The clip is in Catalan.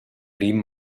prim